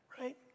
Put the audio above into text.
right